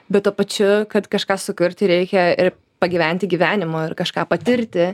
bet tuo pačiu kad kažką sukurti reikia ir pagyventi gyvenimo ir kažką patirti